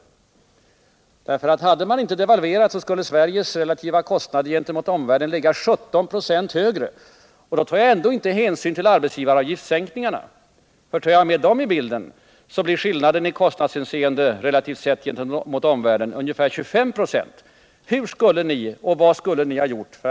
Hade man inte devalverat, så skulle Sveriges relativa kostnad gentemot omvärlden ha legat 17 96 högre, och då tar jag ändå inte hänsyn till sänkningarna av arbetsgivaravgiften. Om jag tar med dem i bilden, ligger skillnaden i kostnadshänseende i förhållande till omvärlden vid ungefär 25 96. Vad skulle ni ha gjort åt det?